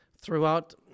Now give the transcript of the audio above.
throughout